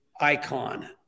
icon